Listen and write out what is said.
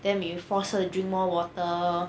then we force her to drink more water